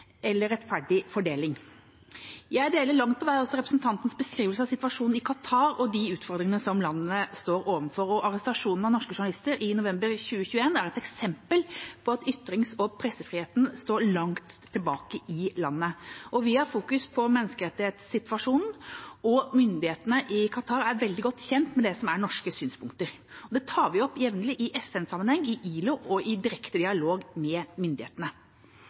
eller rettferdig fordeling. Jeg deler langt på vei også representantenes beskrivelse av situasjonen i Qatar og de utfordringene som landet står overfor, og arrestasjonen av norske journalister i november 2021 er et eksempel på at ytrings- og pressefriheten står langt tilbake i landet. Vi fokuserer på menneskerettighetssituasjonen, og myndighetene i Qatar er veldig godt kjent med det som er norske synspunkter. Det tar vi opp jevnlig i FN-sammenheng, i ILO og i direkte dialog med myndighetene.